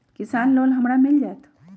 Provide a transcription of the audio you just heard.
किसान लोन हमरा मिल जायत?